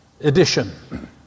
edition